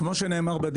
כמו שנאמר,